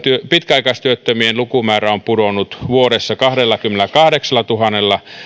pitkäaikaistyöttömien lukumäärä on pudonnut vuodessa kahdellakymmenelläkahdeksallatuhannella